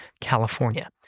California